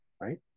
right